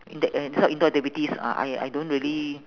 that that this type of indoor activities uh I I don't really